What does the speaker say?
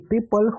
people